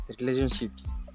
relationships